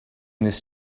this